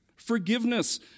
Forgiveness